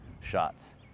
shots